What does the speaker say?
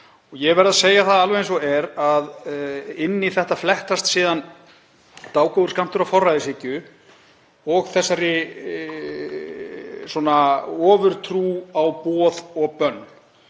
Ég verð að segja það alveg eins og er að inn í þetta fléttast síðan dágóður skammtur af forræðishyggju og þessari ofurtrú á boð og bönn,